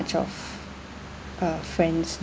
of uh friends